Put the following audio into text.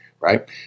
right